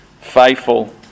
faithful